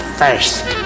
first